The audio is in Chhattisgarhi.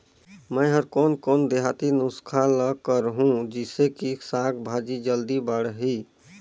मै हर कोन कोन देहाती नुस्खा ल करहूं? जिसे कि साक भाजी जल्दी बाड़ही?